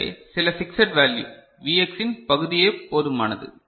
எனவே சில fixed value Vx இன் பகுதியே போதுமானது